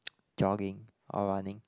jogging or running